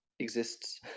exists